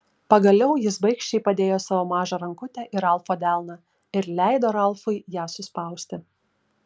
pagaliau jis baikščiai padėjo savo mažą rankutę į ralfo delną ir leido ralfui ją suspausti